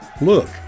Look